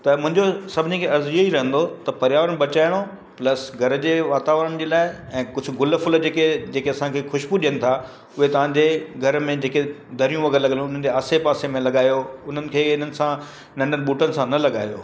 त मुंहिंजो सभिनी खे अर्ज़ इआ ई रहंदो त पर्यावरण बचाइणो प्लस घर जे वातावरण जे लाइ ऐं कुझु गुल फुल जेके जेके असांखे ख़ुशबू ॾियनि था उहे तव्हांजे घर में जेके दरियूं वग़ैरह लॻियलु आहिनि उन्हनि जे आसे पासे में लॻायो उन्हनि खे इन्हनि सां नंढनि ॿूटनि सां न लॻायो